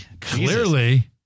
Clearly